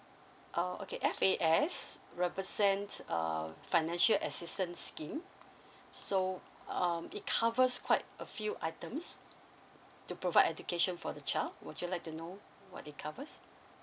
err okay F_A_S represent err financial assistance scheme so um it covers quite a few items to provide education for the child would you like to know what it covers